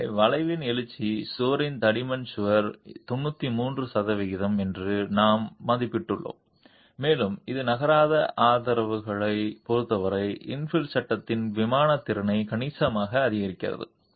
எனவே வளைவின் எழுச்சி சுவரின் தடிமன் சுமார் 93 சதவிகிதம் என்று நாம் மதிப்பிட்டுள்ளோம் மேலும் இது நகராத ஆதரவுகளைப் பொறுத்தவரை இன்ஃபில் சட்டத்தின் விமானத் திறனை கணிசமாக அதிகரிக்கிறது